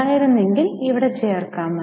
ഉണ്ടായിരുന്നെങ്കിൽ ഇവിടെ ചേർക്കാം